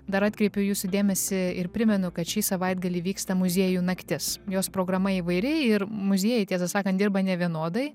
dar atkreipiu jūsų dėmesį ir primenu kad šį savaitgalį vyksta muziejų naktis jos programa įvairi ir muziejai tiesą sakant dirba nevienodai